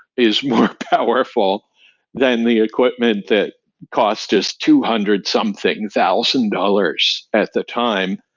is more powerful than the equipment that cost us two hundred something thousand dollars at the time.